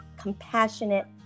compassionate